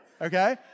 Okay